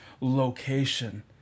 location